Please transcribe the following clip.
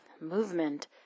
Movement